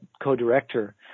co-director